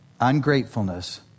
Ungratefulness